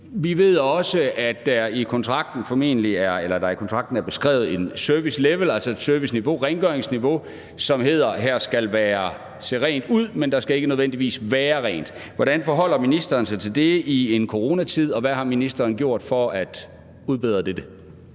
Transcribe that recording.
Vi ved også, at der i kontrakten er beskrevet et servicelevel, altså et serviceniveau, et rengøringsniveau, som hedder, at der skal se rent ud, men at der ikke nødvendigvis skal være rent. Hvordan forholder ministeren sig til det i en coronatid, og hvad har ministeren gjort for at udbedre dette?